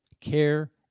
care